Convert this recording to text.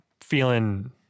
feeling